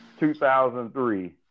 2003